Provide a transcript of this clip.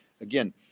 again